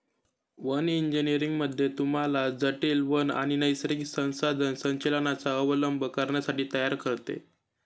one engineering मध्ये तुम्हाला जटील वन आणि नैसर्गिक संसाधन संचालनाचा अवलंब करण्यासाठी तयार करते